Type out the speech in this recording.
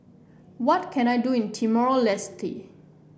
what can I do in Timor Leste